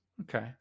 Okay